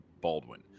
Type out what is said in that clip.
Baldwin